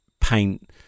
paint